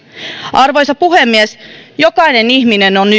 arvoisa puhemies jokainen ihminen on